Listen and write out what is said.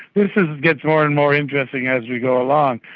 this gets more and more interesting as we go along.